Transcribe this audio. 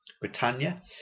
britannia